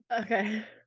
Okay